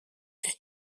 est